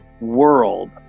world